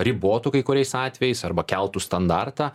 ribotų kai kuriais atvejais arba keltų standartą